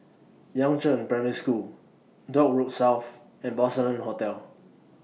Yangzheng Primary School Dock Road South and Porcelain Hotel